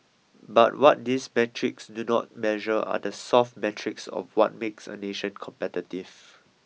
but what these metrics do not measure are the soft metrics of what makes a nation competitive